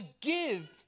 give